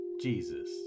Jesus